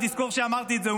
ותזכור שאמרתי את זה,